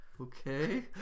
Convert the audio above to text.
Okay